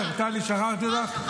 מה שכחת להגיד עליי,